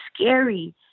scary